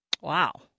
Wow